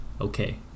okay